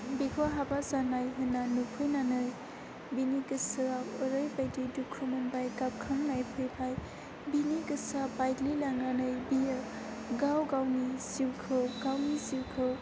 बिखौ हाबा जानाय होनना नुफैनानै बिनि गोसोआव ओरैबायदि दुखु मोनबाय गाबखांनाय फैबाय बिनि गोसोआ बायग्लिलांनानै बियो गाव गावनि जिउखौ